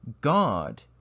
God